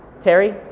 Terry